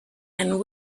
and